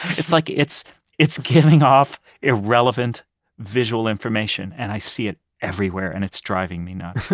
it's like it's it's giving off irrelevant visual information, and i see it everywhere and it's driving me nuts